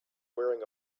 wearing